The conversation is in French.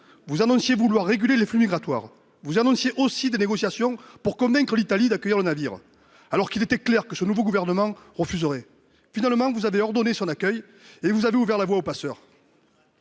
vous annonciez vouloir réguler les flux migratoires. Vous annonciez aussi des négociations pour convaincre l'Italie d'accueillir le navire, alors qu'il était clair que son nouveau gouvernement refuserait. Finalement, vous avez ordonné son accueil et vous avez ouvert la voie aux passeurs.